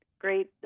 Great